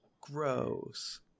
gross